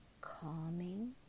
calming